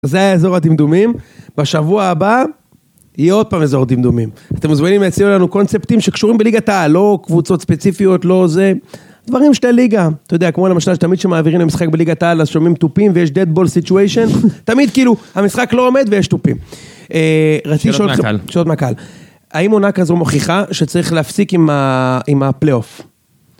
זה היה אזור הדמדומים, בשבוע הבא, יהיה עוד פעם אזור דמדומים. אתם מוזמנים להציעו לנו קונספטים שקשורים בליגת העל, לא קבוצות ספציפיות, לא זה... דברים של ליגה. אתה יודע, כמו למשל, תמיד כשמעבירים למשחק בליגת העל, אז שומעים תופים ויש דד בול סיטשואיישן. תמיד כאילו, המשחק לא עומד ויש תופים. רציתי לשאול אותך... שאלות מהקהל. האם עונה כזו מוכיחה שצריך להפסיק עם הפלי-אוף?